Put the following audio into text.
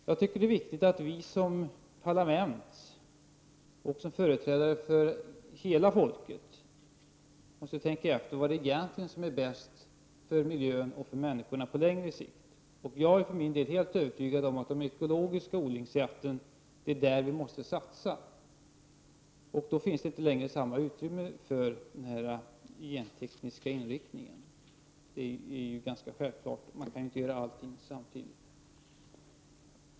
Jag tycker att det är viktigt att vi som parlamentariker och som företrädare för hela folket tänker efter vad som egentligen är bäst för miljön och människorna på lång sikt. Jag för min del är helt övertygad om att det är på de ekologiska brukningssätten som vi måste satsa. Då finns inte längre stort utrymme kvar för den gentekniska inriktningen — det är ganska självklart. Man kan inte göra allt samtidigt.